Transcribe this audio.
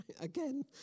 again